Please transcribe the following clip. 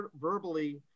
verbally